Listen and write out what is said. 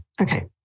Okay